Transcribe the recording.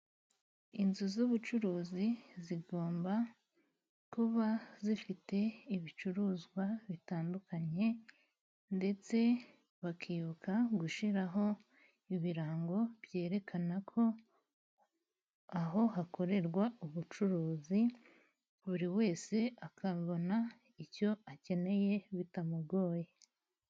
Inzu z'ubucuruzi zigomba kuba zifite ibicuruzwa bitandukanye, ndetse bakibuka gushyiraho ibirango, byerekana ko aho hakorerwa ubucuruzi, buri wese akabona icyo akeneye bitamugoye.